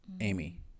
Amy